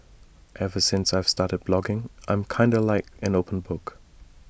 ever since I've started blogging I'm kinda like an open book